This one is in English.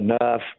enough